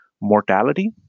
mortality